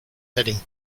heading